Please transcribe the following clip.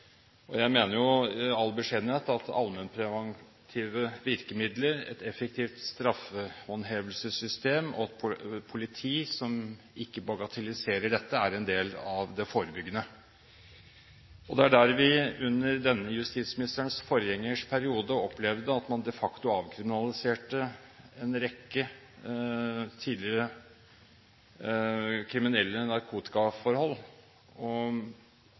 Jeg mener, i all beskjedenhet, at allmennpreventive virkemidler, et effektivt straffehåndhevelsessystem og politi som ikke bagatelliserer dette, er en del av det forebyggende. Vi opplevde under denne justisministers forgjengers periode at man de facto avkriminaliserte en rekke tidligere kriminelle narkotikaforhold.